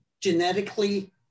Genetically